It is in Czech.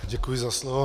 Děkuji za slovo.